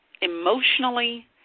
emotionally